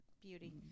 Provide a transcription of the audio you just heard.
beauty